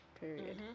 period